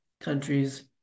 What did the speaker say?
countries